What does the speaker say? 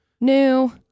New